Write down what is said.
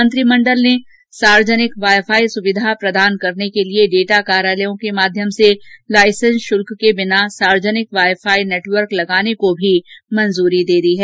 मंत्रिमंडल ने सार्वजनिक वाई फाई सुविधा प्रदान करने के लिए डेटा कार्यालयों के माध्यम से लाइसेंस शुल्क के बिना सार्वजनिक वाई फाई नेटवर्क लगाने को भी मंजूरी दे दी है